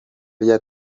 rya